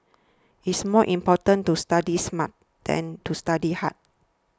it's more important to study smart than to study hard